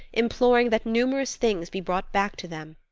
imploring that numerous things be brought back to them.